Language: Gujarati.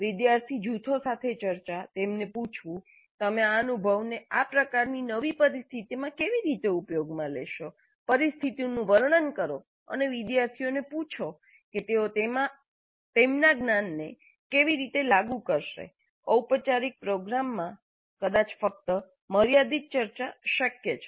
વિદ્યાર્થી જૂથો સાથે ચર્ચા તેમને પૂછવું તમે આ અનુભવને આ પ્રકારની નવી પરિસ્થિતિમાં કેવી રીતે ઉપયોગમાં લેશો પરિસ્થિતિનું વર્ણન કરો અને વિદ્યાર્થીઓને પૂછો કે તેઓ તેમના જ્ઞાનને કેવી રીતે લાગુ કરશેઔપચારિક પ્રોગ્રામમાં કદાચ ફક્ત મર્યાદિત ચર્ચા શક્ય છે